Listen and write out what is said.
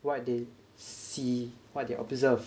what they see what they observe